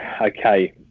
Okay